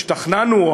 השתכנענו,